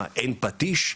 מה אין פטיש?